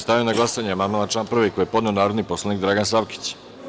Stavljam na glasanje amandman na član 1. koji je podneo narodni poslanik Dragan Savkić.